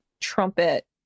trumpet